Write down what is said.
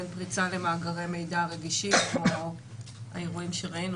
לבין פריצה למאגרי מידע רגישים כמו האירועים שראינו,